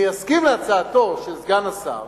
אני אסכים להצעתו של סגן השר